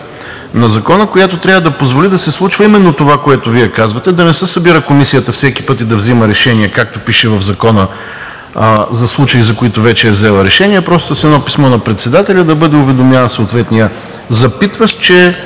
на Закона, която трябва да позволи да се случва именно това, което Вие казвате – да не се събира Комисията всеки път и да взема решение, както пише в Закона, за случаи, за които вече е взела решение, а просто с едно писмо на председателя да бъде уведомяван съответният запитващ, че